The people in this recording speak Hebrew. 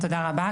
תודה.